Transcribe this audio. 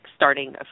starting